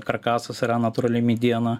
karkasas yra natūrali mediena